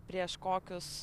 prieš kokius